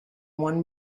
one